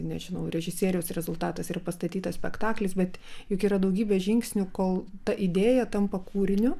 nežinau režisieriaus rezultatas yra pastatytas spektaklis bet juk yra daugybė žingsnių kol ta idėja tampa kūriniu